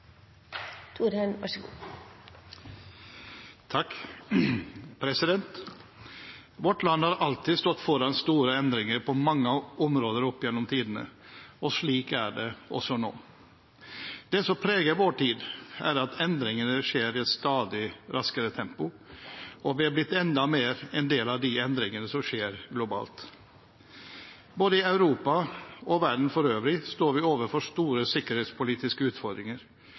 Vårt land har alltid stått foran store endringer på mange områder opp gjennom tidene, og slik er det også nå. Det som preger vår tid, er at endringene skjer i et stadig raskere tempo, og vi er blitt enda mer en del av de endringene som skjer globalt. Både i Europa og verden for øvrig står vi overfor store sikkerhetspolitiske utfordringer,